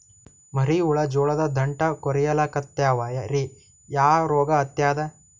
ಮರಿ ಹುಳ ಜೋಳದ ದಂಟ ಕೊರಿಲಿಕತ್ತಾವ ರೀ ಯಾ ರೋಗ ಹತ್ಯಾದ?